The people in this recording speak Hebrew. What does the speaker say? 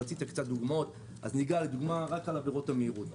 אני אתן דוגמה על עבירות המהירות.